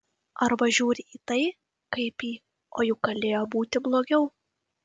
arba žiūri į tai kaip į o juk galėjo būti blogiau